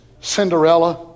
Cinderella